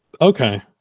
Okay